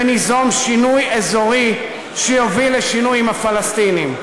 וניזום שינוי אזורי שיוביל לשינוי עם הפלסטינים.